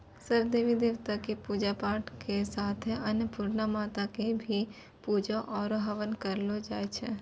सब देवी देवता कॅ पुजा पाठ के साथे अन्नपुर्णा माता कॅ भी पुजा आरो हवन करलो जाय छै